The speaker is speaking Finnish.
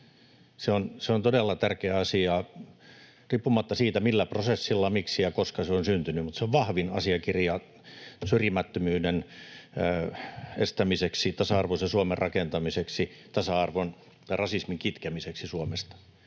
Se on todella tärkeä asia. Riippumatta siitä, millä prosessilla, miksi ja koska se on syntynyt, se on vahvin asiakirja syrjimättömyyden edistämiseksi, tasa-arvoisen Suomen rakentamiseksi, rasismin kitkemiseksi Suomesta.